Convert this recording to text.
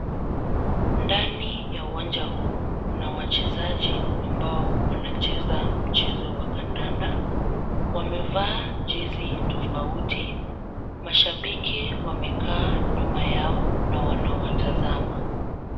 Ndani ya uwanja huu kuna wachezaji ambao wanacheza mchezo wa kandanda. Wamevaa jezi tofauti, mashabiki wamekaa nyuma yao na wanawatazama.